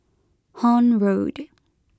Horne Road